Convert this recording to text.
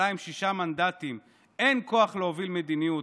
עם שישה מנדטים אין כוח להוביל מדיניות,